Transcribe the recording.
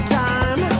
time